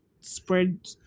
spread